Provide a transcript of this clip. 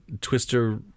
Twister